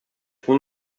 com